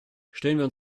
stellen